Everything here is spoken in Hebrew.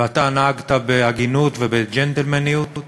ואתה נהגת בהגינות ובג'נטלמניות,